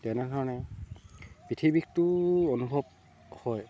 তেনেধৰণে পিঠি বিষটোও অনুভৱ হয়